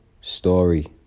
story